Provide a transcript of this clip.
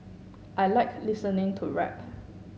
I like listening to rap